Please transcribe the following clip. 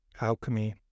alchemy